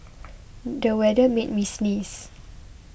the weather made me sneeze